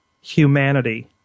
humanity